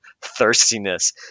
thirstiness